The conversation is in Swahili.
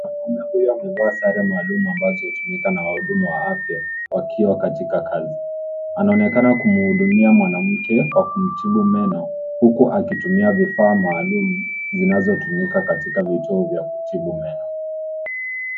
Mwanaume huyu amevaa sare maalum ambazo hutumika na wahudumu wa afya wakiwa katika kazi. Anaonekana kumhudumia mwanamke kwa kumtibu meno, huku akitumia vifaa maalum zinazotumika katika vituo vya kutibu meno.